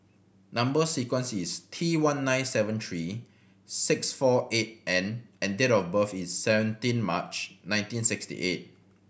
number sequence is T one nine seven three six four eight N and date of birth is seventeen March nineteen sixty eight